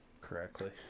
Correctly